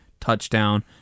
touchdown